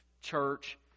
church